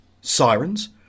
Sirens